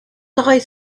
eyes